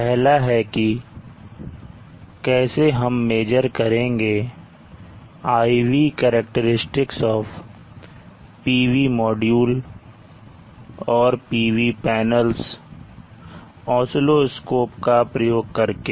पहला है कि कैसे हम मेजर करेंगे IV characteristics of PV module और PV पैनल्स ऑस्किलोस्कोप का प्रयोग करके